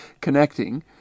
connecting